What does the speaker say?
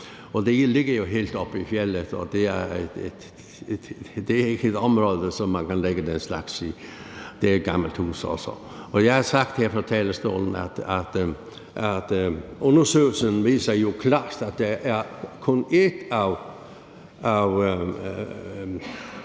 Det ligger jo helt oppe i fjeldet, og det er ikke et område, som man kan lægge den slags i. Det er også et gammelt hus. Jeg har sagt her fra talerstolen, at undersøgelsen jo klart viser, at der kun er et